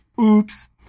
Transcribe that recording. Oops